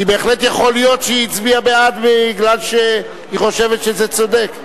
כי בהחלט יכול להיות שהיא הצביעה בעד כי היא חושבת שזה צודק.